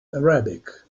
arabic